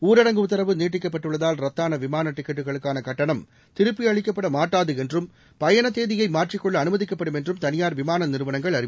ஊரடங்கு உத்தரவு நீட்டிக்கப்பட்டுள்ளதால் ரத்தான விமான டிக்கெட்டுகளுக்கான கட்டணம் திருப்பி அளிக்கப்படமாட்டாது என்றும் பயண தேதியை மாற்றிக்கொள்ள அனுமதிக்கப்படும் என்றும் தனியாா விமான நிறுவனங்கள் அறிவித்துள்ளன